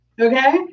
okay